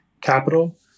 capital